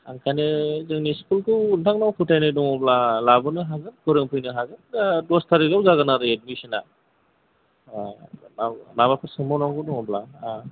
ओंखायनो जोंनि स्कुलखौ नोंथांमोना फोथायनाय दङ'ब्ला लाबोनो हागोन फोरोंफैनो हागोन दस थाारिखाव जागोन आरो एडमिसना माबाफोर सोंबाव नांगौ दङ'ब्ला